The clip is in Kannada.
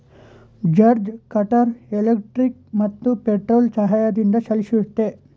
ಎಡ್ಜ್ ಕಟರ್ ಎಲೆಕ್ಟ್ರಿಕ್ ಮತ್ತು ಪೆಟ್ರೋಲ್ ಸಹಾಯದಿಂದ ಚಲಿಸುತ್ತೆ